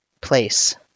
place